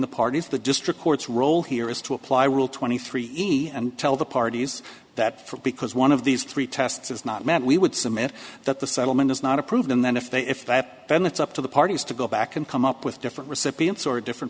the parties the district court's role here is to apply rule twenty three and tell the parties that for because one of these three tests is not met we would submit that the settlement is not approved and then if they if they have then it's up to the parties to go back and come up with different recipients or a different